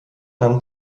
nahm